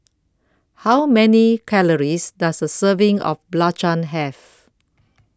How Many Calories Does A Serving of Belacan Have